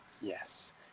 Yes